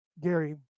Gary